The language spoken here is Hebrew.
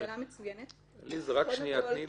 איפה היינו